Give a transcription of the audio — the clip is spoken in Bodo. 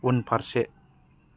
उनफारसे